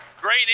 great